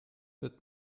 wird